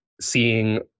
seeing